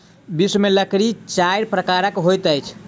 विश्व में लकड़ी चाइर प्रकारक होइत अछि